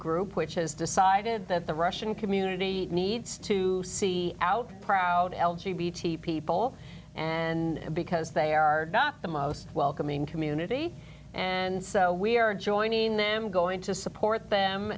group which has decided that the russian community needs to see out proud l g b people and because they are not the most welcoming community and so we are joining them going to support them